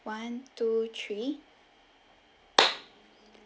one two three